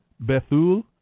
Bethul